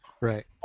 Right